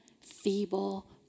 feeble